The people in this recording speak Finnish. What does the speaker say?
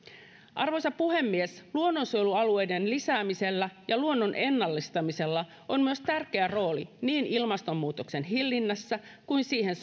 arvoisa puhemies luonnonsuojelualueiden lisäämisellä ja luonnon ennallistamisella on myös tärkeä rooli niin ilmastonmuutoksen hillinnässä kuin siihen